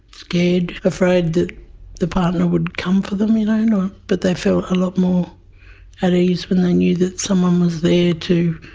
scared. afraid that the partner would come for them. you know but they felt a lot more at ease when they knew that someone was there to